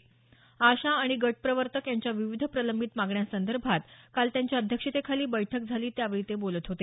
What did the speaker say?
आशा आणि गट प्रवर्तक यांच्या विविध प्रलंबित मागण्यांसंदर्भात काल त्यांच्या अध्यक्षतेखाली बैठक झाली त्यावेळी ते बोलत होते